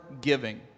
giving